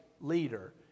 leader